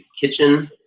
kitchen